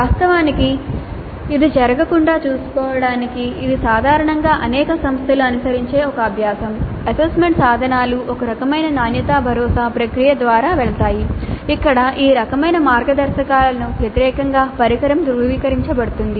వాస్తవానికి ఇది జరగకుండా చూసుకోవటానికి ఇది సాధారణంగా అనేక సంస్థలు అనుసరించే ఒక అభ్యాసం అసెస్మెంట్ సాధనాలు ఒక రకమైన నాణ్యతా భరోసా ప్రక్రియ ద్వారా వెళతాయి ఇక్కడ ఈ రకమైన మార్గదర్శకాలకు వ్యతిరేకంగా పరికరం ధృవీకరించబడుతుంది